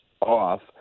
off